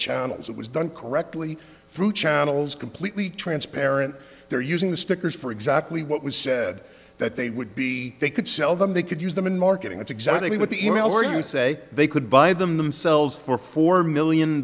channels it was done correctly through channels completely transparent they're using the stickers for exactly what was said that they would be they could sell them they could use them in marketing that's exactly what the e mail where you say they could buy them themselves for four million